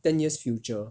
ten years future